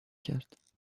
کرد